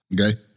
okay